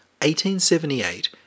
1878